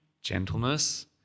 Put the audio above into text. gentleness